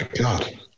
God